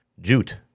Jute